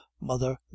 mother